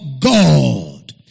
God